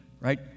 right